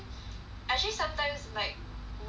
actually sometimes like when it's too